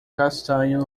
castanho